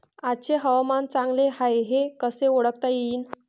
आजचे हवामान चांगले हाये हे कसे ओळखता येईन?